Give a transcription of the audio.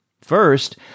First